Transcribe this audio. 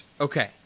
Okay